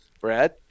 Brad